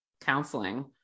counseling